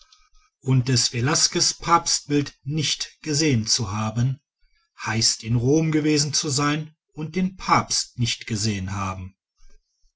und des velasquez papstbildnis nicht gesehen zu haben heißt in rom gewesen sein und den papst nicht gesehen haben